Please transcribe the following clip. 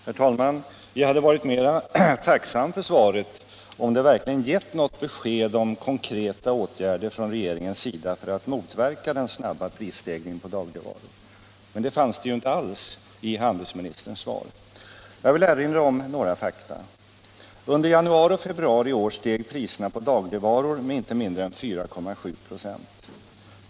Herr talman! Jag hade varit mera tacksam för svaret om det verkligen gett något besked om konkreta åtgärder från regeringens sida för att motverka den snabba prisstegringen på dagligvaror. Men det nämndes inte alls i handelsministerns svar. Jag vill erinra om några fakta. Under januari och februari i år steg priserna på dagligvaror med inte mindre än 4,7 26.